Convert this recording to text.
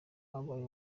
yabaye